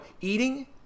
eating